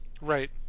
Right